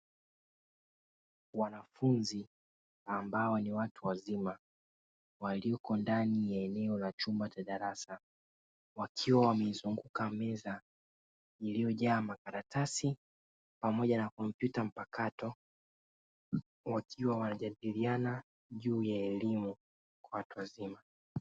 Wanafunzi ambao ni watu wazima walioko ndani ya eneo la chumba cha darasa wakiwa wamezunguka meza iliyojaa makaratasi, pamoja na kompyuta mpakato wakiwa wanajadiliana juu ya elimu kwa watu wazima.